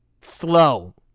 Slow